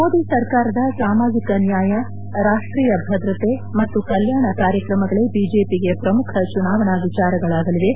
ಮೋದಿ ಸರ್ಕಾರದ ಸಾಮಾಜಿಕ ನ್ಯಾಯ ರಾಷ್ಲೀಯ ಭದ್ರತೆ ಮತ್ತು ಕಲ್ಲಾಣ ಕಾರ್ಯಕ್ರಮಗಳೇ ಐಜೆಪಿಗೆ ಪ್ರಮುಖ ಚುನಾವಣಾ ವಿಚಾರಗಳಾಗಲಿವೆ